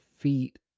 Feet